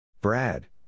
Brad